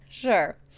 sure